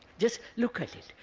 just look at it,